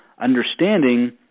understanding